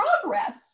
progress